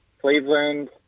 Cleveland